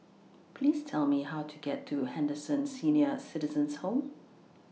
Please Tell Me How to get to Henderson Senior Citizens' Home